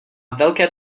velké